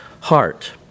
heart